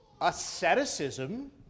asceticism